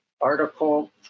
article